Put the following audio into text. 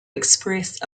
express